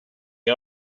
est